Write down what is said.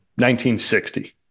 1960